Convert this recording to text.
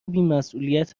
بیمسئولیت